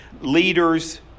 Leaders